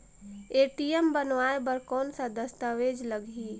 ATM बनवाय बर कौन का दस्तावेज लगही?